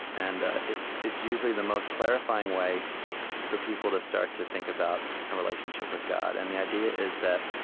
and ah it's it's usually the most clarifying way for people to start to think about a relationship with god. and the idea is that